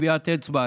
טביעת אצבע,